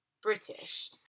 British